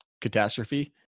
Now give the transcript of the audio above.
catastrophe